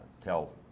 tell